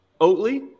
Oatly